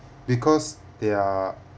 because they are